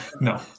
No